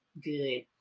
good